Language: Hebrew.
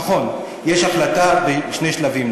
נכון, יש החלטה להעלות בשני שלבים.